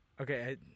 Okay